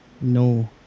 No